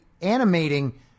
animating